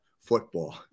football